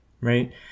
right